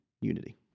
unity